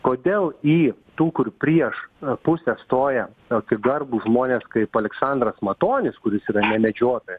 kodėl į tų kur prieš pusę stoja tokie garbūs žmonės kaip aleksandras matonis kuris yra ne medžiotojas